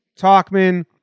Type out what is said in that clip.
Talkman